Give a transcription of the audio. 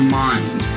mind